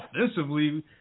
offensively